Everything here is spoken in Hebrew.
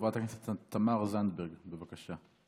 חברת הכנסת תמר זנדברג, בבקשה.